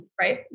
Right